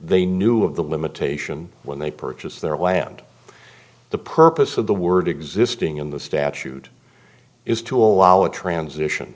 they knew of the limitation when they purchased their land the purpose of the word existing in the statute is to allow a transition